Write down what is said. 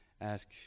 ask